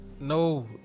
no